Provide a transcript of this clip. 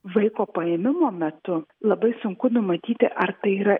vaiko paėmimo metu labai sunku numatyti ar tai yra